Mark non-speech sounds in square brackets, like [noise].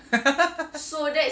[laughs]